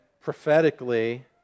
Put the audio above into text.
prophetically